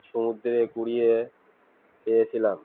সমুদ্রে কুড়িয়ে পেয়েছিলাম